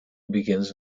begins